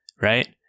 right